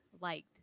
liked